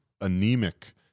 anemic